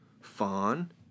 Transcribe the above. Fawn